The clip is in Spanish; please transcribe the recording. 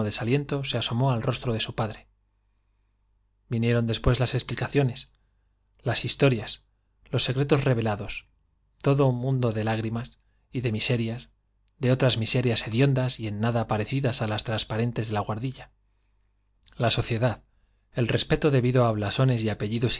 desaliento se asomó al rostro de su padre vinieron después las explica ciones las historias los secretos revelados todo un mundo de lágrimas y de miserias de otras miserias hediondas y en nada parecidas á las transparentes de la guardilla la sociedad el respeto debido á blasones y apellidos